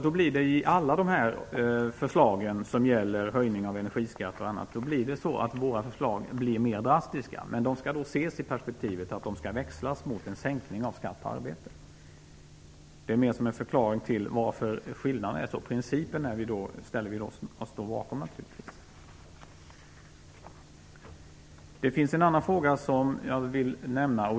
Då blir alla våra förslag som gäller höjning av energiskatter mer drastiska. Det skall ses i perspektivet av en växling mot lägre skatt på arbete. Det är en förklaring till skillnaden. Principen står vi naturligtvis bakom. Jag vill nämna en annan fråga.